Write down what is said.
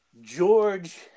George